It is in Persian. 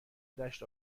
دشت